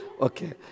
Okay